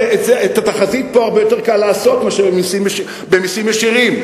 את התחזית פה הרבה יותר קל לעשות מאשר במסים ישירים.